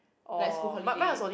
like school holiday